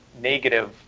negative